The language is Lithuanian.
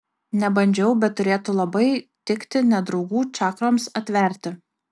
nebandžiau bet turėtų labai tikti nedraugų čakroms atverti